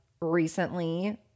recently